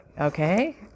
Okay